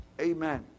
Amen